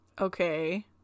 Okay